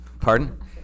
pardon